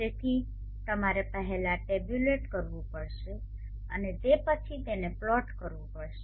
તેથી તમારે પહેલા ટેબ્યુલેટ કરવું પડશે અને તે પછી તેને પ્લોટ કરવું પડશે